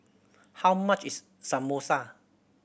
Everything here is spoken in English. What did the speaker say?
how much is Samosa